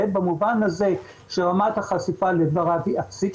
במובן הזה שרמת החשיפה לדבריו היא אפסית,